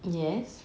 yes